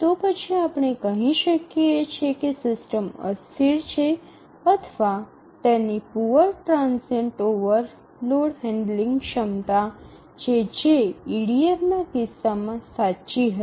તો પછી આપણે કહી શકીએ કે સિસ્ટમ અસ્થિર છે અથવા તેની પૂઅર ટ્રાનઝિયન્ટ ઓવરલોડ હેન્ડલિંગ ક્ષમતા છે જે ઇડીએફના કિસ્સામાં સાચી હતી